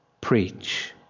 preach